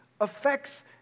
affects